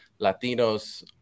latinos